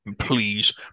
Please